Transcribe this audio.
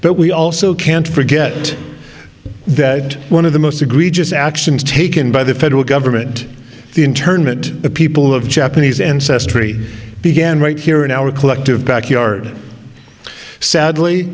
but we also can't forget that one of the most egregious actions taken by the federal government the internment of people of japanese ancestry began right here in our collective backyard sadly